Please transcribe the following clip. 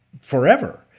forever